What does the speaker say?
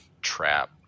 trap